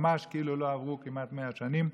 ממש כאילו לא עברו כמעט 100 שנים,